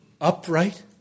upright